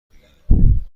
بگیریم